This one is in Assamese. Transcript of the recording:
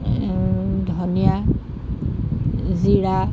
ধনিয়া জীৰা